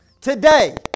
today